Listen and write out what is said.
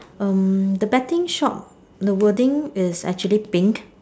um the betting shop the wording is actually pink